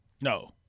No